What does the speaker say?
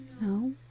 No